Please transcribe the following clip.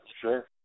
Sure